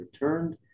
returned